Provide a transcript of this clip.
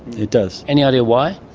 it does. any idea why?